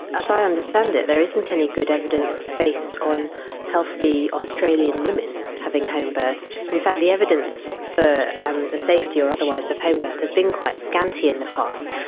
as i understand it there isn't any good evidence based on healthy australian women having homebirths. in fact, the evidence for um the safety or otherwise of homebirth has been quite scanty in the past.